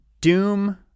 Doom